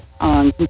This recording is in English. on